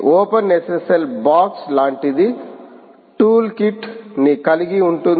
OpenSSL box లాంటిది tool kit నికలిగిఉంటుంది